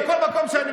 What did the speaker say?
עם מי,